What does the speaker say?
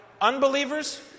unbelievers